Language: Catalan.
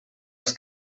els